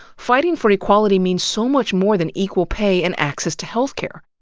fighting for equality means so much more than equal pay and access to health care.